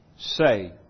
Say